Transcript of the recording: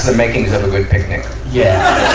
making of a good picnic. yeah.